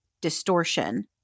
distortion